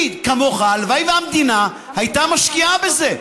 אני כמוך, הלוואי שהמדינה הייתה משקיעה בזה.